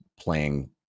playing